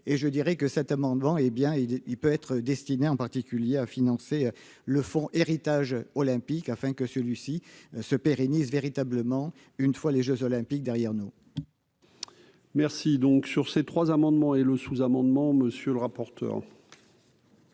et je dirais que cet amendement, hé bien il est, il peut être destiné en particulier à financer le fonds héritage olympique afin que celui-ci se pérennise véritablement une fois les Jeux olympiques derrière nous. Merci donc sur ces trois amendements et le sous-amendement, monsieur le rapporteur.